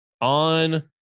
on